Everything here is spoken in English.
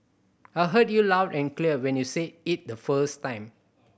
I heard you loud and clear when you said it the first time